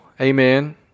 Amen